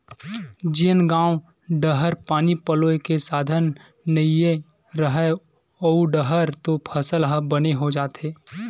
जेन गाँव डाहर पानी पलोए के साधन नइय रहय ओऊ डाहर तो फसल ह बने हो जाथे